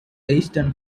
eastern